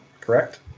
correct